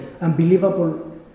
unbelievable